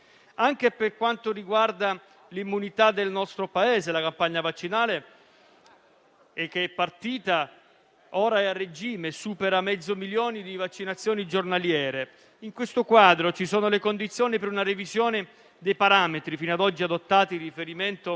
Anche per quanto riguarda l'immunità del nostro Paese, la campagna vaccinale è partita e ora è a regime, superando mezzo milione di vaccinazioni giornaliere. In questo quadro ci sono le condizioni per una revisione dei parametri fino ad oggi adottati in riferimento